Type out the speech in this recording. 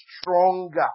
stronger